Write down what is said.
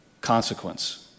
consequence